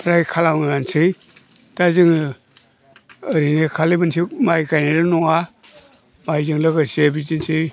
फ्राय खालामोआनोसै दा जोङो ओरैनो खालि मोनसे माइ गायनायल' नङा माइजों लोगोसे बिदिनोसै